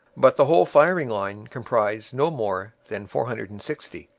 but the whole firing line comprised no more than four hundred and sixty,